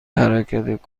حرکت